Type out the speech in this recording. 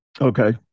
Okay